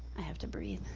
i have to breathe,